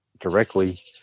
directly